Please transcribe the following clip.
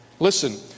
Listen